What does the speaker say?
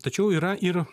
tačiau yra ir